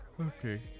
Okay